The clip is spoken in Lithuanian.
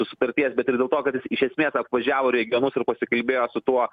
sutarties bet ir dėl to kad iš esmės apvažiavo regionus ir pasikalbėjo su tuo